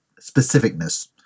specificness